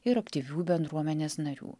ir aktyvių bendruomenės narių